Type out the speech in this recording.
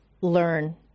learn